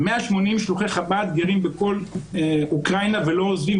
180 שלוחי חב"ד גרים בכל אוקראינה ולא עוזבים,